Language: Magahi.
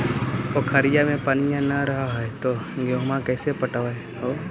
पोखरिया मे पनिया न रह है तो गेहुमा कैसे पटअब हो?